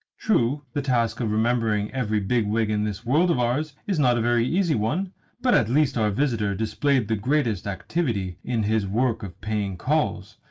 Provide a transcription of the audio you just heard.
true, the task of remembering every big-wig in this world of ours is not a very easy one but at least our visitor displayed the greatest activity in his work of paying calls,